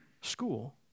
school